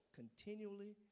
continually